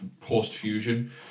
post-Fusion